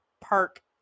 Park